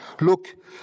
Look